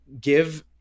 give